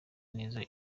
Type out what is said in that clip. neza